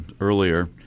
earlier